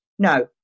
No